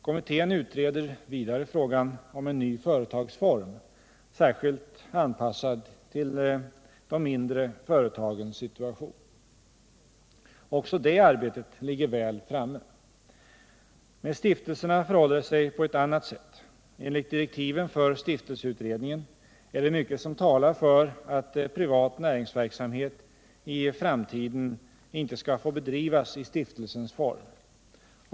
Kommittén utreder vidare frågan om en ny företagsform, särskilt anpassad till de mindre företagens situation. Också det arbetet ligger väl framme. Med stiftelserna förhåller det sig på ett annat sätt. Enligt direktiven för stiftelseutredningen är det mycket som talar för att privat näringsverksamhet i framtiden inte skall få bedrivas i stiftelsens form.